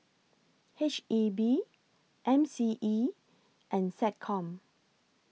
H E B M C E and Seccom